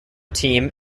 team